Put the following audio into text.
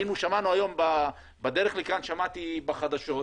שמעתי בדרך לכאן בחדשות,